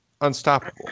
Unstoppable